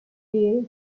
feel